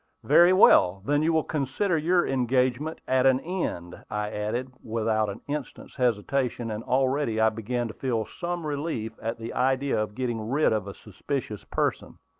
very well then you will consider your engagement at an end, i added, without an instant's hesitation and already i began to feel some relief at the idea of getting rid of a suspicious person.